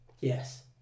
Yes